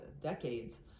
decades